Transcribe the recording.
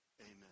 amen